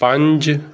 ਪੰਜ